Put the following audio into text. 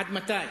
עד מתי?